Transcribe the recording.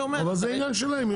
זה עניין שלהם.